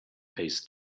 pays